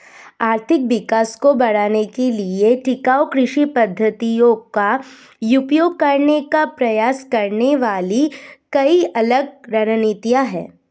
आर्थिक विकास को बढ़ाने के लिए टिकाऊ कृषि पद्धतियों का उपयोग करने का प्रयास करने वाली कई अलग रणनीतियां हैं